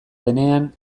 denean